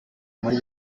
muri